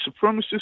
supremacists